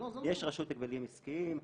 יש רשות הגבלים עסקיים,